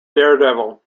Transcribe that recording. daredevil